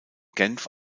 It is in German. genf